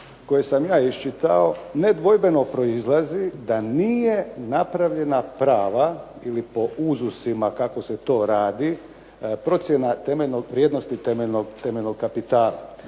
koje sam ja iščitao nedvojbeno proizlazi da nije napravljena prava ili po UZUS-ima kako se to rada procjena vrijednosti temeljnog kapitala.